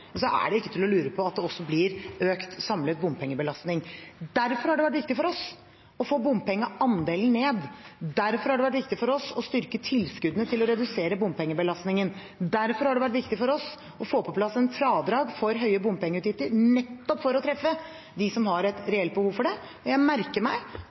så mye som det gjør, og Senterpartiet i alle landets kommuner ivrer for at det skal finansieres med bompenger, er det ikke til å lure på at det også blir økt samlet bompengebelastning. Derfor har det vært viktig for oss å få bompengeandelen ned. Derfor har det vært viktig for oss å styrke tilskuddene til å redusere bompengebelastningen. Derfor har det vært viktig for oss å få på plass et fradrag for høye bompengeutgifter, nettopp for å